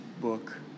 book